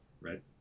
right